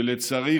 ולצערי,